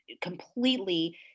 completely